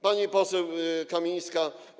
Pani poseł Kamińska.